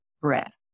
breath